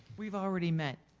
we've already met.